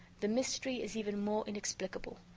the mystery is even more inexplicable,